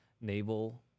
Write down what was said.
naval